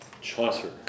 Chaucer